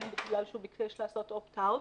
אם בגלל שהוא ביקש לעשות "אופט-אאוט",